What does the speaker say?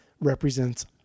represents